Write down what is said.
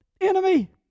enemy